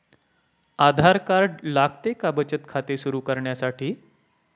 आधार card लागते का बचत खाते सुरू करण्यासाठी?